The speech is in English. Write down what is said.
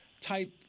type